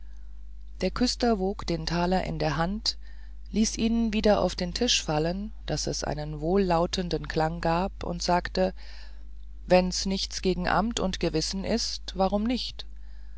der küster wog den taler in der hand ließ ihn wieder auf den tisch fallen daß es einen wohllautenden klang gab und sagte wenn's nichts gegen amt und gewissen ist warum nicht